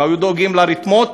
אם היו דואגים לרתמות,